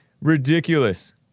Ridiculous